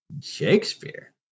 Shakespeare